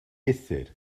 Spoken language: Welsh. uthr